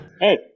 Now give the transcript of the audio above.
Hey